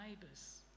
neighbours